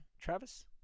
Travis